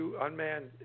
unmanned